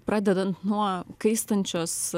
pradedant nuo kaistančios